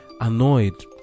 annoyed